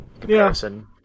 comparison